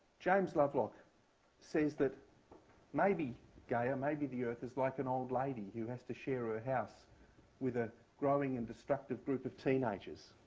james lovelock says that maybe gaia, maybe the earth is like an old lady who has to share a house with a growing and destructive group of teenagers.